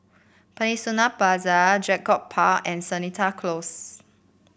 Peninsula Plaza Draycott Park and Seletar Close